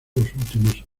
últimos